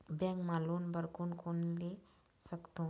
Bank मा loan बर कोन कोन ले सकथों?